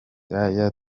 yaya